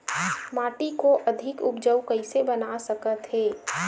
माटी को अधिक उपजाऊ कइसे बना सकत हे?